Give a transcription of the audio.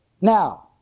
Now